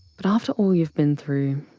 but after all you've been through,